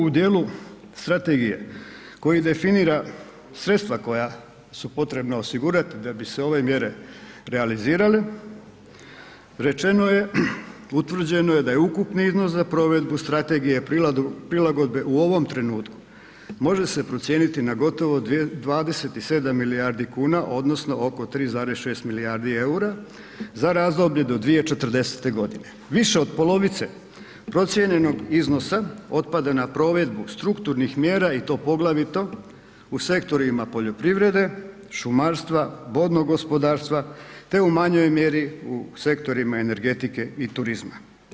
U ... u dijelu strategije koji definira sredstva koja su potrebna osigurati da bi se ove mjere realizirale, rečeno je, utvrđeno je da je ukupni iznos za provedbu Strategije prilagodbe u ovom trenutku, može se procijeniti na gotovo 27 milijardi kuna, odnosno oko 3,6 milijardi eura za razdoblje do 2040. g. Više od polovice procijenjenog iznosa otpada na provedbu strukturnih mjera i to poglavito u sektorima poljoprivrede, šumarstva, vodnog gospodarstva te u manjoj mjeri u sektorima energetike i turizma.